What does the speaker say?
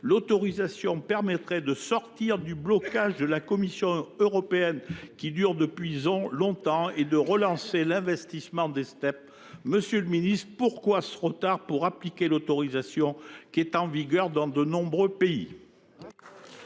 européens. Il permettrait de sortir du blocage de la Commission européenne, qui dure depuis longtemps, et de relancer l’investissement dans les Step. Monsieur le ministre, pourquoi un tel retard ? Le régime de l’autorisation est en vigueur dans de nombreux pays !